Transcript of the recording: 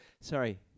Sorry